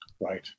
Right